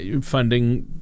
funding